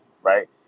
Right